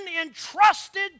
entrusted